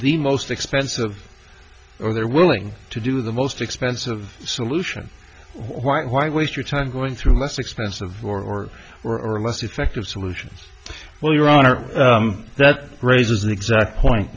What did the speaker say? the most expensive or they're willing to do the most expensive solution why waste your time going through less expensive or more or less effective solutions well your honor that raises an exact point